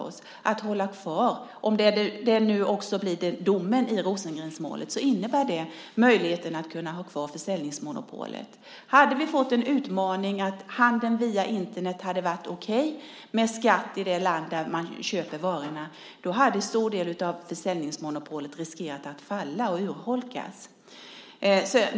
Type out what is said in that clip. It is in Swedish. Om det nu också blir domen i Rosengrenmålet innebär det möjlighet att kunna ha kvar försäljningsmonopolet. Om vi hade fått en utmaning att handeln via Internet hade varit okej med skatt i det land där man köper varorna hade en stor del av försäljningsmonopolet riskerat att falla och urholkas.